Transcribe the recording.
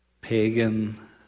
pagan